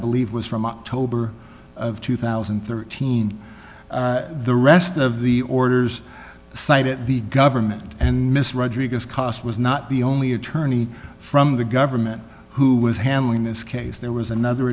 believe was from october of two thousand and thirteen the rest of the orders site at the government and mr rodriguez cost was not the only attorney from the government who was handling this case there was another